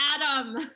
Adam